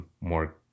more